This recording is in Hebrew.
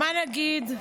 מה נגיד?